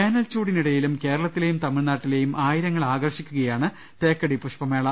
വേനൽച്ചൂടിനിടയിലും കേരളത്തിലെയും തമിഴ്നാട്ടി ലെയും ആയിരങ്ങളെ ആകർഷിക്കുകയാണ് തേക്കടി പുഷ്പമേള